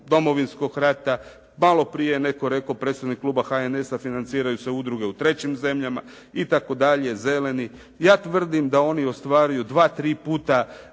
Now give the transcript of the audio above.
Domovinskog rata. Maloprije je netko rekao, predstavnik kluba HNS-a, financiraju se udruge u trećim zemljama itd., Zeleni. Ja tvrdim da oni ostvaruju dva-tri puta